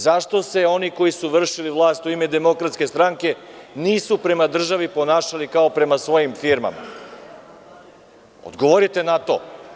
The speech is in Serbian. Zašto se oni koji su vršili vlast u ime DS, nisu prema državi ponašali kao prema svojim firmama, odgovorite mi na to?